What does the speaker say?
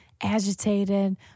agitated